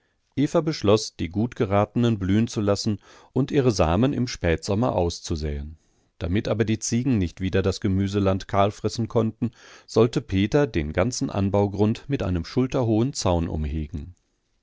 eva beschloß die gut geratenen blühen zu lassen und ihre samen im spätsommer auszusäen damit aber die ziegen nicht wieder das gemüseland kahlfressen konnten sollte peter den ganzen anbaugrund mit einem schulterhohen zaun umhegen